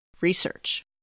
research